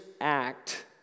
act